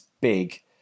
big